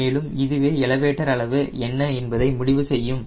மேலும் இதுவே எலவேட்டர் அளவு என்ன என்பதை முடிவு செய்யும்